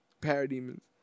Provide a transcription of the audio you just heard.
parademons